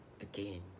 again